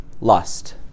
Lust